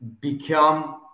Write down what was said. become